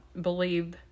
believe